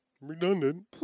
Redundant